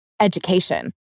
education